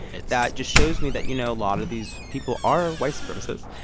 it's. that just shows me that, you know, a lot of these people are white supremacists.